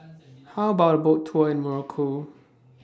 How about A Boat Tour in Morocco